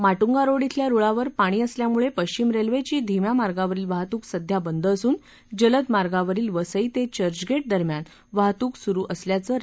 Matunga road अल्या रुळावर पाणी असल्यामुळे पश्चिम रेल्वेची धिम्या मार्गावरील वाहतुक सध्या बंद असून जलदमार्गवरील वसई ते चर्चगेट दरम्यान वाहतुक सुरु असल्याचं रेल्वेनं कळवलं आहे